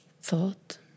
thought